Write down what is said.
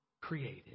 created